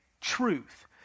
truth